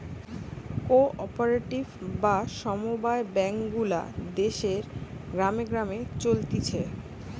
co operative বা সমব্যায় bank গুলা দেশের গ্রামে গ্রামে চলতিছে